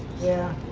yeah.